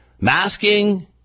Masking